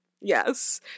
Yes